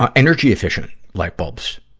ah energy-efficient lightbulbs.